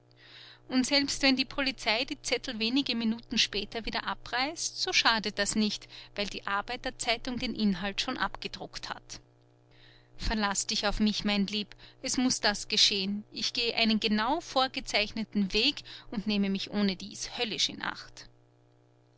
und selbst wenn die polizei die zettel wenige minuten später wieder abreißt so schadet das nicht weil die arbeiter zeitung den inhalt schon abgedruckt hat verlaß dich auf mich mein lieb es muß das geschehen ich gehe einen genau vorgezeichneten weg und nehme mich ohnedies höllisch in acht